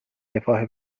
رفاه